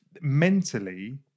mentally